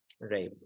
Right